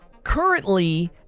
Currently